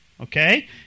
Okay